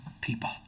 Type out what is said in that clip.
people